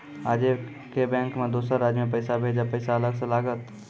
आजे के बैंक मे दोसर राज्य मे पैसा भेजबऽ पैसा अलग से लागत?